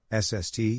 SST